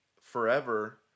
forever